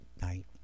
night